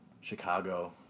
Chicago